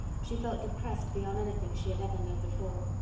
she felt depressed beyond anything she had ever known before.